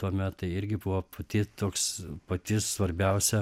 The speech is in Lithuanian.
tuomet tai irgi buvo pati toks pati svarbiausia